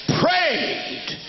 prayed